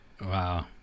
Wow